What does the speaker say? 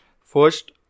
First